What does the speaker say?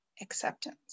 acceptance